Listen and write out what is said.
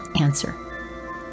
answer